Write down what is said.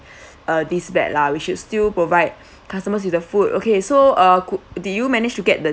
uh these bad lah we should still provide customers with the food okay so uh did you manage to get the